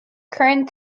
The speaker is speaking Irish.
corrán